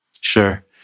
Sure